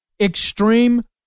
Extreme